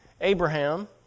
Abraham